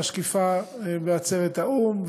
משקיפה בעצרת האו"ם,